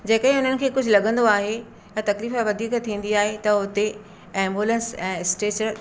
जेकरे हुननि खे कुझु लॻंदो आहे ऐं तकलीफ़ वधीक थींदी आहे त उते एम्बुलेंस ऐं स्ट्रेचर